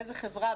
באיזה חברה,